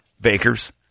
bakers